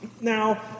Now